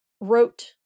wrote